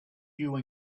queue